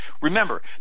Remember